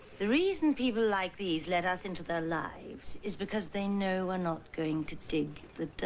the reason people like these let us into their lives is because they know we're not going to dig the dirt.